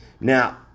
now